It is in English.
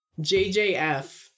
JJF